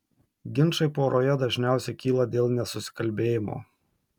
ginčai poroje dažniausiai kyla dėl nesusikalbėjimo